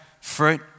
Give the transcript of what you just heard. fruit